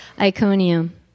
Iconium